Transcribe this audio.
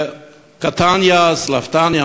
קטניה סלבטניה,